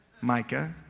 Micah